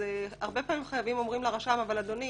הרבה פעמים חייבים אומרים לרשם: אבל אדוני,